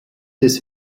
des